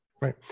Right